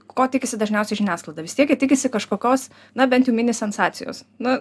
ko tikisi dažniausiai žiniasklaida vis tiek jie tikisi kažkokios na bent jau mini sensacijos nu